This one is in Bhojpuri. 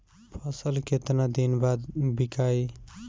फसल केतना दिन बाद विकाई?